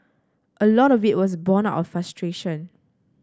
a lot of it was born out of frustration